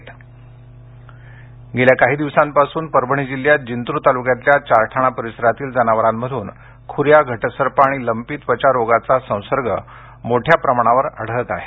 पशवैद्यक गेल्या काही दिवसांपासून परभणी जिल्ह्यात जिंतुर तालुक्यातल्या चारठाणा परिसरातील जनावारांमधून खूऱ्या घटसर्प आणि लंपी त्वचा रोगाचा संसर्ग मोठ्या प्रमाणावर आढळत आहे